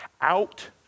out